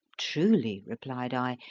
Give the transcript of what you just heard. truly, replied i,